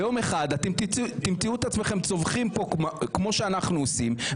ויום אחד אתם תמצאו את עצמכם צווחים פה כמו שאנחנו עושים,